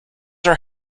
are